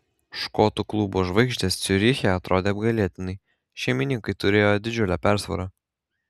škotų klubo žvaigždės ciuriche atrodė apgailėtinai šeimininkai turėjo didžiulę persvarą